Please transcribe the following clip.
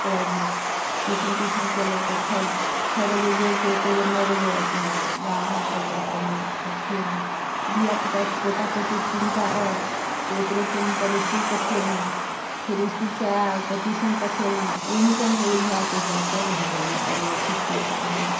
private tuition tuition केलक तऽ छओ छओ बजे गेल से एके बेर नओ बजे रातिमे आएल गामघरसँ ओकरा कोनो अथिए नहि धियापुता पोता पोती तीन टा अइ तऽ ओकरो टाइमपर इस्कुल पठेलहुँ फेर इस्कुलसँ आयल तऽ ट्यूशन पठेलहुँ ओहीसभमे ओझरा तोझरा कऽ रहि गेलहुँ आब नहि किछु नहि कएल होइए